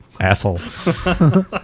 Asshole